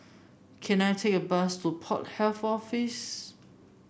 can I take a bus to Port Health Office